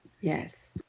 Yes